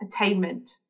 attainment